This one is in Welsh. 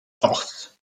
gôt